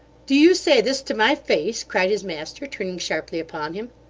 do you say this to my face cried his master, turning sharply upon him.